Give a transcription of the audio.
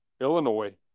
Illinois